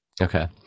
Okay